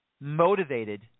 motivated